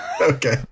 Okay